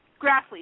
Grassley